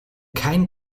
kein